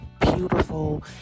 beautiful